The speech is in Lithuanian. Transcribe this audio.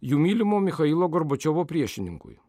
jų mylimo michailo gorbačiovo priešininkui